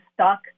stuck